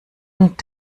und